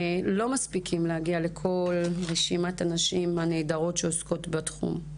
אנחנו לא מספיקים להגיע לכל רשימת הנשים והאנשים הנהדרים שעוסקים בתחום,